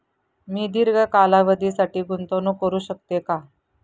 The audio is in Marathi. मी दीर्घ कालावधीसाठी गुंतवणूक करू शकते का?